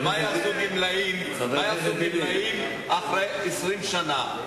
מה יעשו גמלאים אחרי 20 שנה?